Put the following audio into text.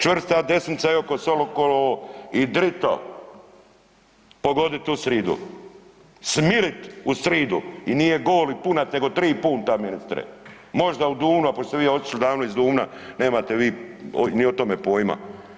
Čvrsta desnica i oko sokolovo i drito pogodit u sridu, smirit u sridu i nije gol i punat nego tri punta, ministre, možda u Duvnu ako ste vi otišli davno iz Duvna, nemate vi ni o tome pojma.